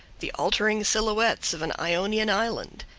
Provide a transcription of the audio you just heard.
the altering silhouettes of an ionian island.